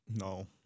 no